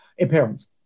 appearance